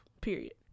Period